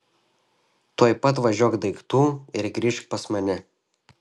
tuoj pat važiuok daiktų ir grįžk pas mane